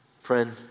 Friend